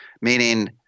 meaning